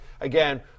Again